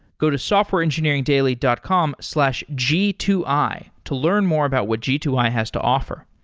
go to softwareengineeringdaily dot com slash g two i to learn more about what g two i has to offer.